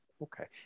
Okay